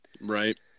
Right